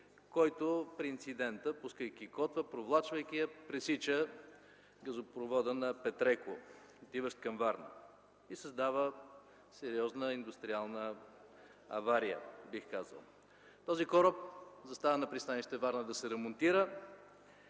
който, пускайки котва, провлачвайки я, пресича газопровода на „Петреко”, отиващ към Варна, и създава сериозна индустриална авария, бих казал. Този кораб застава на пристанище Варна да се ремонтира.